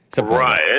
Right